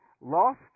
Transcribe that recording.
lost